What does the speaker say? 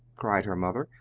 cried her mother,